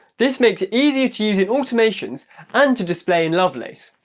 this makes it easier to use it automations and to display in lovelace.